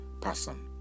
person